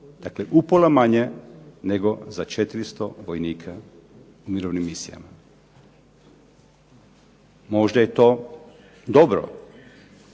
Dakle, upola manje nego za 400 vojnika u mirovnim misijama. Možda je to dobro.